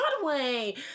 Broadway